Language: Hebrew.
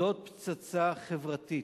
זאת פצצה חברתית.